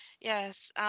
yes